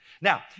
Now